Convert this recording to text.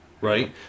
right